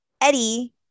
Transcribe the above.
eddie